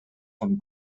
von